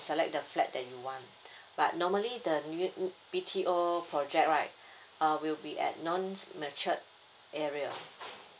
select the flat that you want but normally the new B_T_O project right uh will be at non mature area